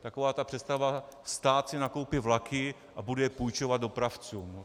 Taková ta představa stát si nakoupí vlaky a bude je půjčovat dopravcům...